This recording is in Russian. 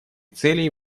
целей